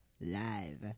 live